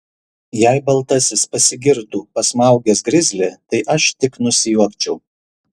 jei baltasis pasigirtų pasmaugęs grizlį tai aš tik nusijuokčiau